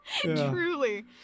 Truly